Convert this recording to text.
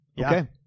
Okay